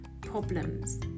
problems